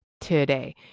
today